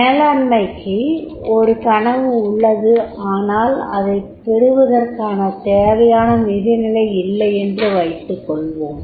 மேலாண்மை க்கு ஒரு கனவு உள்ளது ஆனால் அதைப் பெறுவதற்குத் தேவையான நிதி நிலை இல்லையென்று வைத்துக்கொள்வோம்